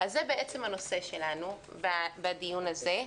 זה בעצם הנושא שלנו בדיון הזה.